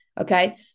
Okay